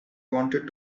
wanted